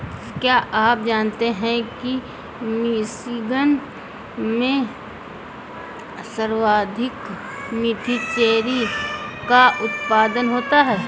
क्या आप जानते हैं कि मिशिगन में सर्वाधिक मीठी चेरी का उत्पादन होता है?